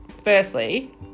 Firstly